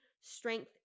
strength